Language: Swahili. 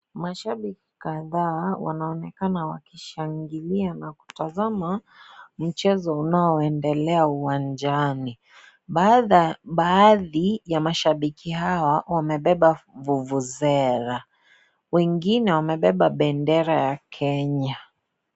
Mashabiki kadhaa wanaonekana wakishangilia na kutazama mchezo unaoendelea uwanjani. Baadhi ya mashabiki hawa wamebeba vuvuzela. Wengine wamebeba bendera ya Kenya.